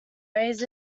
raised